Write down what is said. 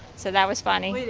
so that was funny.